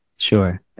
Sure